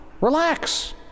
relax